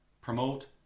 promote